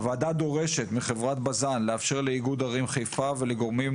הוועדה דורשת מחברת בז"ן לאפשר לאיגוד ערים חיפה ולגורמים